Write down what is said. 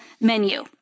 menu